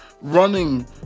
running